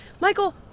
Michael